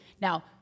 Now